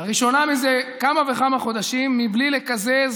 לראשונה זה כמה וכמה חודשים, בלי לקזז